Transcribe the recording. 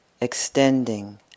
extending